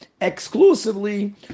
exclusively